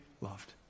loved